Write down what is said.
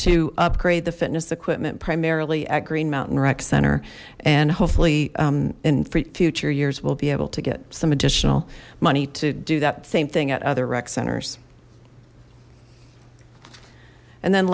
to upgrade the fitness equipment primarily at green mountain rec center and hopefully in future years we'll be able to get some additional money to do that same thing at other wrecks and then